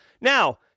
Now